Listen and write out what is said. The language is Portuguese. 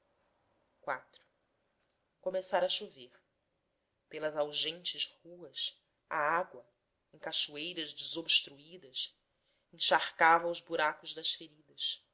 imposto começara a chover pelas algentes ruas a água em cachoeiras desobstruídas encharcava os buracos das feridas